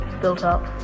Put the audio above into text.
built-up